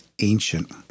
ancient